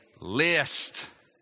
list